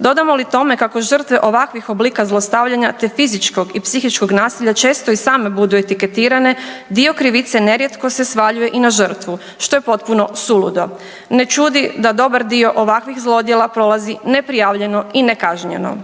Dodamo li tome kako žrtve ovakvih oblika zlostavljanja te fizičkog i psihičkog nasilja često i same budu etiketirane dio krivice nerijetko se svaljuje i na žrtvu što je potpuno suludo. Ne čudi da dobar dio ovakvih zlodjela ne prolazi neprijavljeno i nekažnjeno.